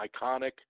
iconic